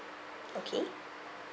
okay